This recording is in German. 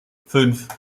fünf